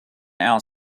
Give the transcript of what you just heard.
our